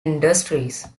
industries